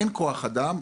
אין כוח אדם,